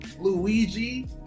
luigi